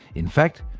in fact,